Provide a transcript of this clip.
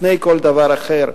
לפני כל דבר אחר,